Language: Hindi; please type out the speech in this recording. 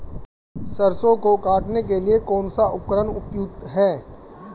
सरसों को काटने के लिये कौन सा उपकरण उपयुक्त है?